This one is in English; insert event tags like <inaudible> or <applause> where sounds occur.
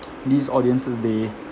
<noise> these audiences they